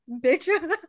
bitch